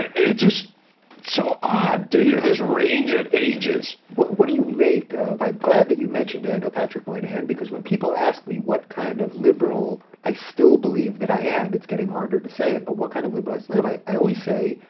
just so odd to hear this range of ages. what what do you make of, i'm glad that you mention daniel patrick moynihan because when people ask me what kind of liberal i still believe that i am, it's getting harder to say it, but what kind of liberal i still am, i i always say,